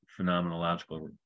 phenomenological